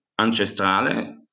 Ancestrale